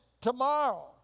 tomorrow